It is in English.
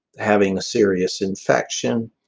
having a serious infection